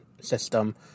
system